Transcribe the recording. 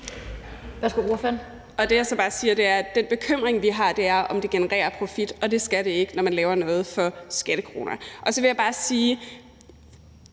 den bekymring, vi har, er, om det genererer profit, og det skal det ikke, når man laver noget for skattekroner. Så vil jeg bare sige,